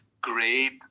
great